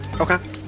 okay